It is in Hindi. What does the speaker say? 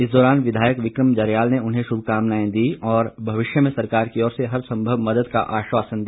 इस दौरान विधायक विक्रम जरयाल ने उन्हें शुभकामनाएं दीं और भविष्य में सरकार की ओर से हर संभव मदद का आश्वासन दिया